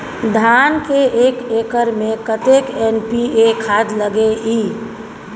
धान के एक एकर में कतेक एन.पी.ए खाद लगे इ?